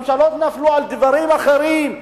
ממשלות נפלו על דברים אחרים.